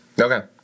Okay